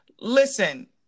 Listen